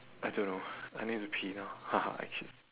I don't know I need to pee now I kid